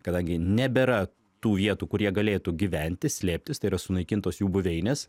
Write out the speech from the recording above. kadangi nebėra tų vietų kurie jie galėtų gyventi slėptis tai yra sunaikintos jų buveinės